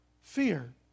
fear